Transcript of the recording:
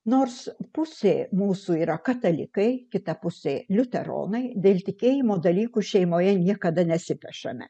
nors pusė mūsų yra katalikai kita pusė liuteronai dėl tikėjimo dalykų šeimoje niekada nesipešame